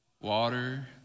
Water